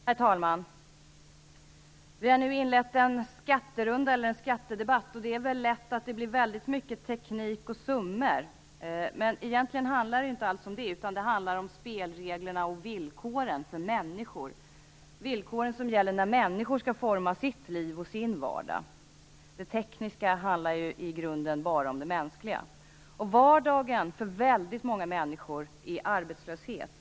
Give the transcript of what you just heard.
Herr talman! Vi har nu inlett en skattedebatt, och det blir då lätt väldigt mycket teknik och summor. Men egentligen handlar det inte alls om det, utan det handlar om spelreglerna och villkoren för människor - de villkor som gäller när människor skall forma sitt liv och sin vardag. Det tekniska handlar ju i grunden bara om det mänskliga. Vardagen för väldigt många människor är arbetslöshet.